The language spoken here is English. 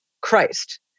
Christ